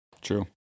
True